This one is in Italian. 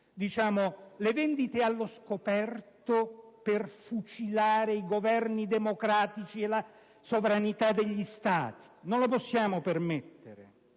utilizzate le vendite allo scoperto per fucilare i Governi democratici e la sovranità degli Stati: non lo possiamo permettere.